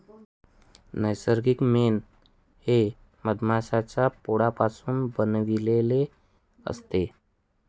नैसर्गिक मेण हे मधमाश्यांच्या पोळापासून बनविलेले असते